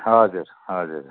हजुर हजुर